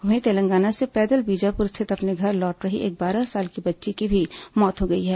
वहीं तेलंगाना से पैदल बीजापुर स्थित अपने घर लौट रही एक बारह साल की बच्ची की भी मौत हो गई है